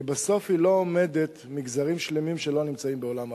כי בסוף היא לא אומדת מגזרים שלמים שלא נמצאים בעולם העבודה.